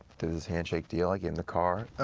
did this handshake deal like in the car.